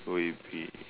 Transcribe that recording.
will it be